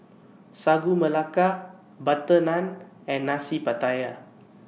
Sagu Melaka Butter Naan and Nasi Pattaya